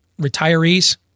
retirees